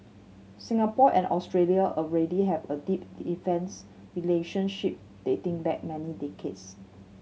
Singapore and Australia already have a deep defence relationship dating back many decades